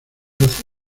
hace